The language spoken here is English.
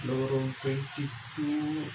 lorong twenty two